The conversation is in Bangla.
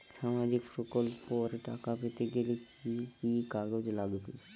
সামাজিক প্রকল্পর টাকা পেতে গেলে কি কি কাগজ লাগবে?